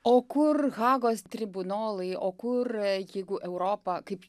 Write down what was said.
o kur hagos tribunolai o kur jeigu europa kaip